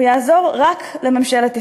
הוא יעזור רק לממשלת ישראל.